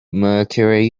mercury